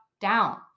down